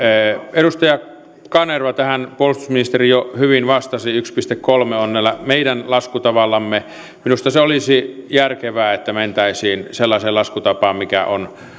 edustaja kanerva tähän puolustusministeri jo hyvin vastasi yksi pilkku kolme on tällä meidän laskutavallamme minusta se olisi järkevää että mentäisiin sellaiseen laskutapaan mikä on